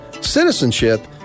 citizenship